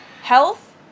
health